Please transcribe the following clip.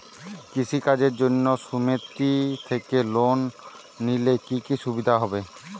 কৃষি কাজের জন্য সুমেতি থেকে লোন নিলে কি কি সুবিধা হবে?